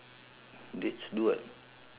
dates do what